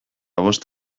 bost